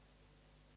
Hvala.